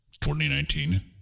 2019